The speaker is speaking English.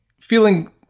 feeling